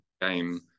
game